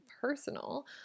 personal